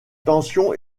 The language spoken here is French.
tensions